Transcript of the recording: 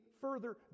further